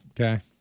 Okay